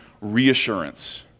reassurance